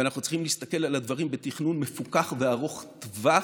ואנחנו צריכים להסתכל על הדברים בתכנון מפוקח וארוך טווח.